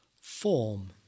form